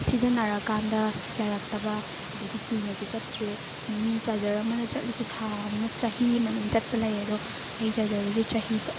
ꯁꯤꯖꯤꯟꯅꯔꯀꯥꯟꯗ ꯌꯥꯔꯛꯇꯕ ꯑꯗꯒꯤ ꯀꯨꯏꯅꯁꯨ ꯆꯠꯇ꯭ꯔꯦ ꯃꯤ ꯆꯥꯔꯖꯔ ꯑꯃꯅ ꯆꯠꯂꯤꯁꯤ ꯊꯥ ꯑꯃ ꯆꯍꯤ ꯑꯃ ꯑꯗꯨꯝ ꯆꯠꯄ ꯂꯩ ꯑꯗꯣ ꯑꯩ ꯆꯥꯔꯖꯔꯗꯨꯗꯤ ꯆꯍꯤ